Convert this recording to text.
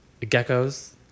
geckos